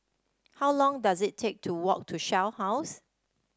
how long does it take to walk to Shell House